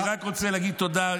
אני רק רוצה להגיד תודה,